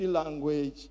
Language